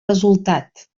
resultat